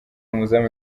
umuzamu